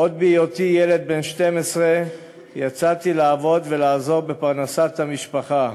עוד בהיותי ילד בן 12 יצאתי לעבוד ולעזור בפרנסת המשפחה.